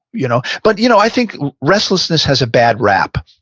you know but you know i think restlessness has a bad rap.